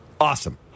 Awesome